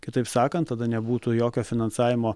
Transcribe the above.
kitaip sakant tada nebūtų jokio finansavimo